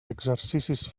exercicis